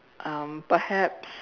um perhaps